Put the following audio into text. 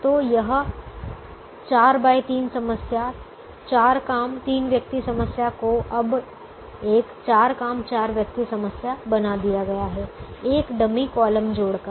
तो यह 4 x 3 समस्या चार काम तीन व्यक्ति समस्या को अब एक चार काम चार व्यक्ति समस्या बना दिया गया है एक डमी कॉलम जोड़कर